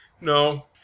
No